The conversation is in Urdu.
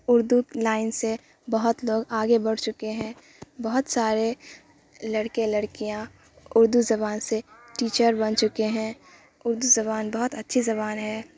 اردو لائن سے بہت لوگ آگے بڑھ چکے ہیں بہت سارے لڑکے لڑکیاں اردو زبان سے ٹیچر بن چکے ہیں اردو زبان بہت اچھی زبان ہے